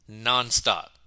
nonstop